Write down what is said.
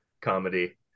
Comedy